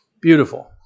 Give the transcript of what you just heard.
Beautiful